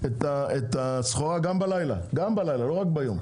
את הסחורה גם בלילה, לא רק ביום.